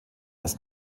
ist